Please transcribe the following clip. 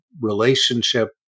relationship